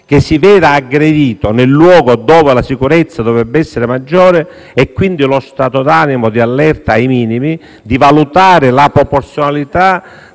che si vede aggredito nel luogo dove la sicurezza dovrebbe essere maggiore - quindi lo stato d'animo di allerta ai minimi - di valutare la proporzionalità